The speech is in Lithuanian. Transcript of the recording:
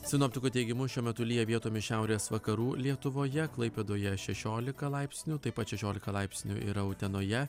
sinoptikų teigimu šiuo metu lyja vietomis šiaurės vakarų lietuvoje klaipėdoje šešiolika laipsnių taip pat šešiolika laipsnių yra utenoje